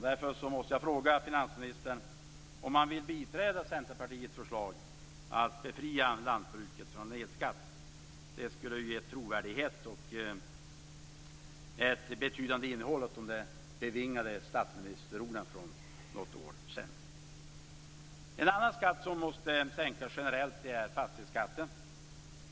Därför måste jag fråga finansministern om han vill biträda Centerpartiets förslag att befria lantbruket från elskatt. Det skulle ge trovärdighet och ett betydande innehåll åt de bevingade statsministerord som fälldes för något år sedan. En annan skatt som måste sänkas generellt är fastighetsskatten.